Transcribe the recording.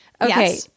Okay